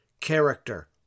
character